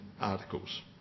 articles